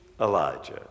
Elijah